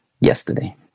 yesterday